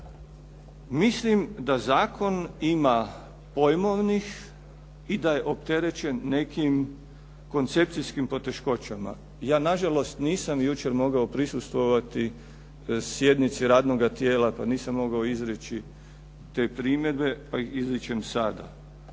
Mislim da zakon ima pojmovnih i da je opterećen nekim koncepcijskim poteškoćama. Ja na žalost nisam mogao jučer prisustvovati sjednici radnoga tijela, pa nisam mogao izreći te primjedbe, pa ih izričem sada.